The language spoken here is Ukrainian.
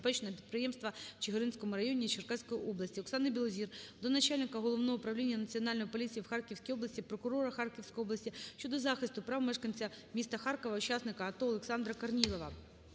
підприємства в Чигиринському районі Черкаської області. Оксани Білозір до начальника Головного управління Національної поліції в Харківській області, прокурора Харківської області щодо захисту прав мешканця міста Харкова, учасника АТО Олександра Корнілова.